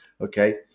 okay